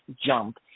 jump